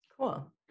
Cool